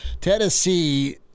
Tennessee